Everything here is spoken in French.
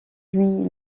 louis